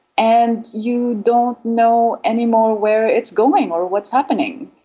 and you don't know any more where it's going or what is happening.